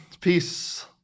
Peace